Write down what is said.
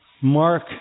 Mark